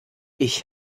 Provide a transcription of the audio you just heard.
ich